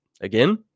again